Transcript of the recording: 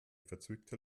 verzwickte